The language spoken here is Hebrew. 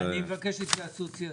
אני מבקש התייעצות סיעתית.